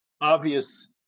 obvious